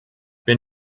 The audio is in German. bin